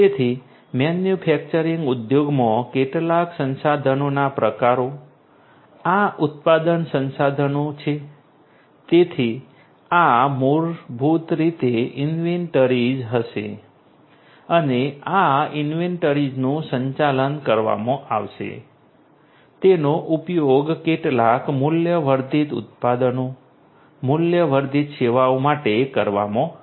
તેથી મેન્યુફેક્ચરિંગ ઉદ્યોગમાં કેટલાક સંસાધનોના પ્રકારો આ ઉત્પાદન સંસાધનો છે તેથી આ મૂળભૂત રીતે ઇન્વેન્ટરીઝ હશે અને આ ઇન્વેન્ટરીઝનું સંચાલન કરવામાં આવશે તેનો ઉપયોગ કેટલાક મૂલ્ય વર્ધિત ઉત્પાદનો મૂલ્ય વર્ધિત સેવાઓ માટે કરવામાં આવશે